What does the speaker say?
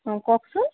অঁ কওকচোন